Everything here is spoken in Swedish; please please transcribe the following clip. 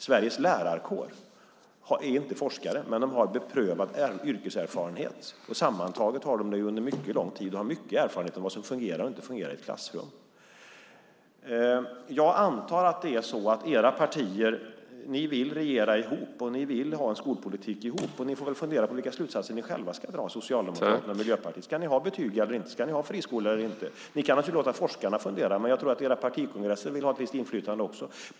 Sveriges lärare är inte forskare, men de har beprövad yrkeserfarenhet. Sammantaget har de det under mycket lång tid och har stor erfarenhet av vad som fungerar och inte fungerar i ett klassrum. Jag antar att era partier vill regera ihop och vill ha skolpolitik ihop. Ni får väl fundera på vilka slutsatser ni själva ska dra, Socialdemokraterna och Miljöpartiet. Ska ni ha betyg eller inte? Ska ni ha friskola eller inte? Ni kan väl låta forskarna fundera, men jag tror att era partikongresser vill ha ett visst inflytande.